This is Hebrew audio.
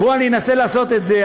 אני אנסה לעשות את זה,